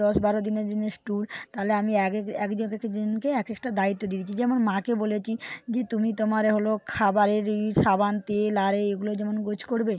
দশ বারো দিনের জিনিস ট্যুর তাহলে আমি একেক একেকজনকে এক একটা দায়িত্ব দিয়ে দিয়েছি যেমন মাকে বলেছি কি তুমি তোমার এ হল খাবারের এই সাবান তেল আর এ এগুলো যেমন গোছ করবে